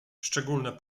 szczególne